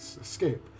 escape